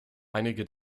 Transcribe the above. einige